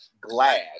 glad